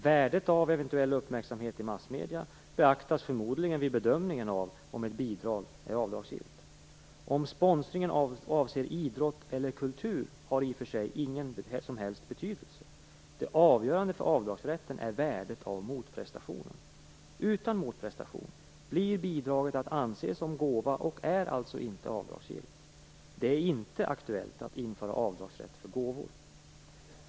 Värdet av eventuell uppmärksamhet i massmedierna beaktas förmodligen vid bedömningen av om ett bidrag är avdragsgillt. Om sponsringen avser idrott eller kultur har i och för sig ingen som helst betydelse. Det avgörande för avdragsrätten är värdet av motprestationen. Utan motprestation blir bidraget att anse som en gåva och alltså inte avdragsgillt. Det är inte aktuellt att införa avdragsrätt för gåvor.